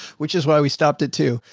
which is why we stopped at two.